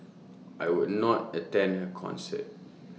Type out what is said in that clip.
I would not attend her concert